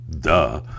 Duh